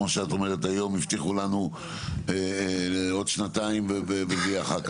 הבטיחו לנו עוד שנתיים וזה לא קרה.